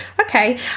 okay